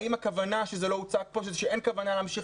האם הכוונה שבזה שזה לא הוצג כאן אין כוונה להמשיך